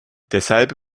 deshalb